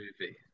movie